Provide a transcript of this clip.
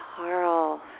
Carl